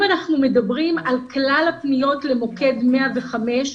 אם אנחנו מדברים על כלל הפניות למוקד 105,